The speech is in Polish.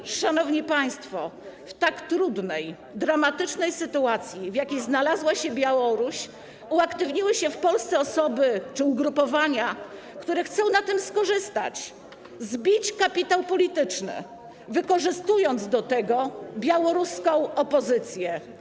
I, szanowni państwo, w tak trudnej, dramatycznej sytuacji, w jakiej znalazła się Białoruś, uaktywniły się w Polsce osoby czy ugrupowania, które chcą na tym skorzystać, zbić kapitał polityczny, wykorzystując do tego białoruską opozycję.